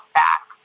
back